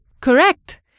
Correct